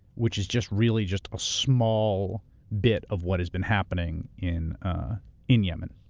which is just, really just, a small bit of what has been happening in in yemen.